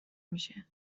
میشه